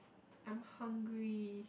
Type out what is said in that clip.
I'm hungry